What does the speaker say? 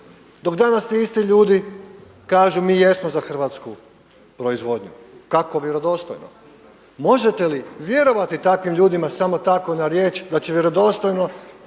dok danas ti isti ljudi kažu mi jesmo za hrvatsku proizvodnju. Kako vjerodostojno. Možete li vjerovati takvim ljudima samo tako na riječ da će vjerodostojno